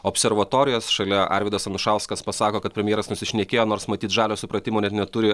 observatorijas šalia arvydas anušauskas pasako kad premjeras nusišnekėjo nors matyt žalio supratimo net neturi